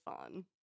fun